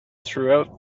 through